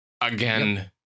Again